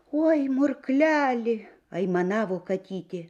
oj murkleli aimanavo katytė